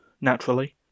naturally